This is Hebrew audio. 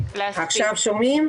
עכשיו שומעים?